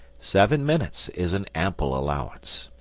seven minutes is an ample allowance.